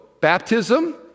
baptism